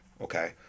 okay